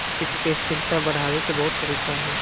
कृषि के स्थिरता बढ़ावे के बहुत तरीका हइ